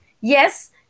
Yes